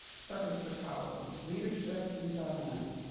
such as the college's leadership and governance,